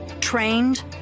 trained